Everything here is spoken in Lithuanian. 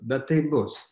bet taip bus